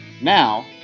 Now